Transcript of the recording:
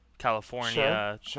California